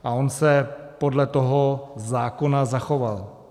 A on se podle toho zákona zachoval.